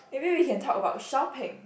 maybe we can talk about shopping